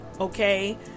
okay